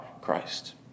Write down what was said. Christ